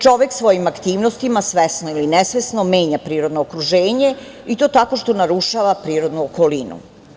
Čovek svojim aktivnostima svesno ili nesvesno menja prirodno okruženje i to tako što narušava prirodnu okolinu.